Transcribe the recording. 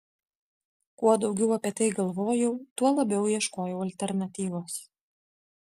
kuo daugiau apie tai galvojau tuo labiau ieškojau alternatyvos